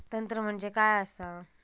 तंत्र म्हणजे काय असा?